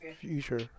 future